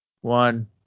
one